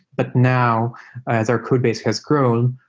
but now as our codebase has grown,